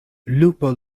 lupo